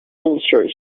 ulcers